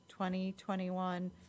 2021